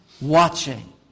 Watching